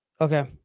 Okay